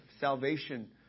salvation